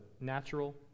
natural